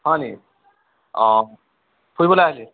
হয় নি অঁ ফুৰিবলে আহিলি